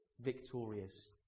victorious